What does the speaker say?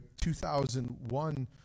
2001